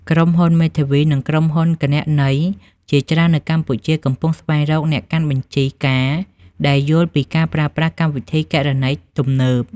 ក្រុមហ៊ុនមេធាវី និងក្រុមហ៊ុនគណនេយ្យជាច្រើននៅកម្ពុជា កំពុងស្វែងរកអ្នកកាន់បញ្ជីការដែលយល់ពីការប្រើប្រាស់កម្មវិធីគណនេយ្យទំនើប។